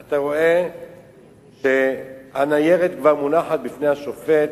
אתה רואה שהניירת מונחת לפני השופט,